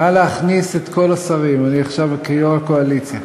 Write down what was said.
נא להכניס את כל השרים אני עכשיו כיושב-ראש הקואליציה.